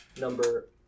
number